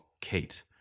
Kate